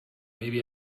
maybe